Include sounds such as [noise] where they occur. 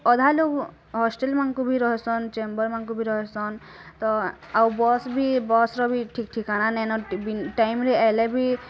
ଅଧା ଲୋକ୍ ହଷ୍ଟେଲ୍ ମାନ୍ ଙ୍କୁ ବି ରହିସନ୍ [unintelligible] ଙ୍କୁ ବି ରହିସନ୍ ତ ଆଉବସ୍ବି ବସ୍ର ବି ଠିକ୍ ଠିକାଣା ନାଇନ୍ ଟାଇମ୍ରେ ଆଇଲେ ବି